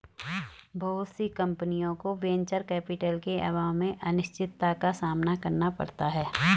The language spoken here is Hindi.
बहुत सी कम्पनियों को वेंचर कैपिटल के अभाव में अनिश्चितता का सामना करना पड़ता है